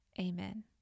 Amen